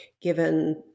given